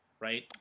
right